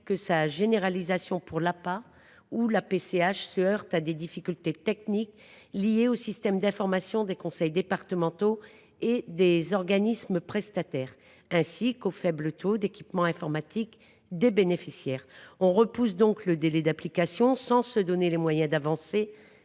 sa généralisation pour l’APA ou la PCH se heurte à des difficultés techniques, liées aux systèmes d’information des conseils départementaux et des organismes prestataires, ainsi qu’au faible taux d’équipement informatique des bénéficiaires. On repousse donc le délai d’application sans se donner les moyens d’avancer